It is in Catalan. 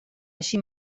així